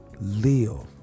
Live